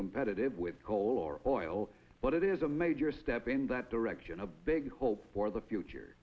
competitive with coal or oil but it is a major step in that direction a big hope for the future